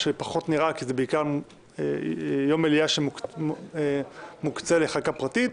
מה שפחות סביר כי זה יום מליאה שמוקצה בעיקר לחקיקה פרטית.